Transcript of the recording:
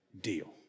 deal